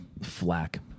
flak